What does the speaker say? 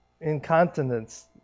incontinence